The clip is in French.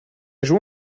joué